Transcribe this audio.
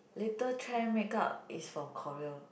later trend make up is from Korea